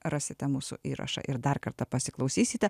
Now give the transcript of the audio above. rasite mūsų įrašą ir dar kartą pasiklausysite